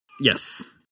Yes